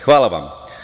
Hvala vam.